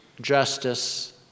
justice